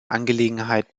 angelegenheit